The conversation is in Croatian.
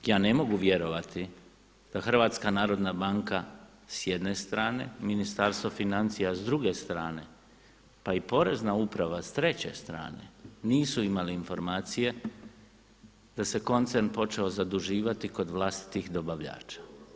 Ja ne mogu vjerovati da HNB s jedne strane, Ministarstvo financija s druge strane, pa i Porezna uprava s treće strane nisu imali informacije da se koncern počeo zaduživati kod vlastitih dobavljača.